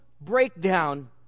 breakdown